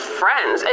friends